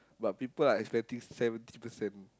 but people are expecting seventy percent